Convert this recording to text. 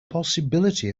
possibility